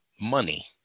money